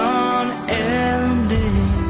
unending